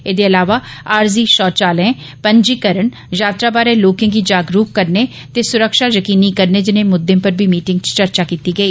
एदे इलावा आरज़ी शौचालयें पंजीकरण यात्रा बारै लोकें गी जागरुक करने ते स्रक्षा यकीनी करने जनेह म्द्दें पर बी मिटिंग च चर्चा कीती गेई